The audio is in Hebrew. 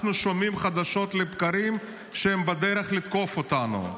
אנחנו שומעים חדשות לבקרים שהם בדרך לתקוף אותנו.